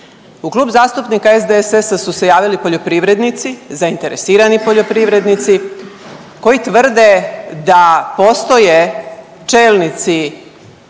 U Klub zastupnika SDSS-a su se javili poljoprivrednici, zainteresirani poljoprivrednici koji tvrde da postoje čelnici